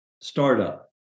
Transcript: Startup